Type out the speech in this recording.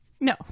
No